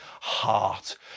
heart